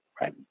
right